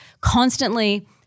Constantly